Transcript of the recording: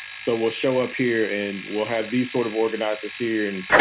so we'll show up here and we'll have these sort of organizers here and,